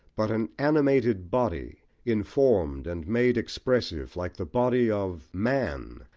but an animated body, informed and made expressive, like the body of man,